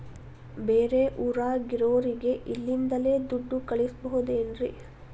ಬೇರೆ ಊರಾಗಿರೋರಿಗೆ ಇಲ್ಲಿಂದಲೇ ದುಡ್ಡು ಕಳಿಸ್ಬೋದೇನ್ರಿ?